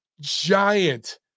giant